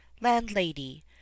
landlady